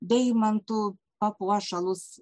deimantų papuošalus